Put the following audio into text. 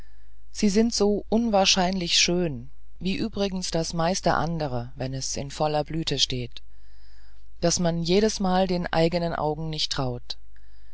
sie sind so unwahrscheinlich schön wie übrigens das meiste andere wenn es in voller blüte steht daß man jedesmal den eigenen augen nicht traut